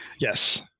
Yes